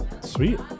sweet